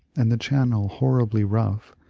and the channel horribly rough,